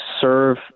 serve